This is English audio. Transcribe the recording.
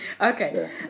Okay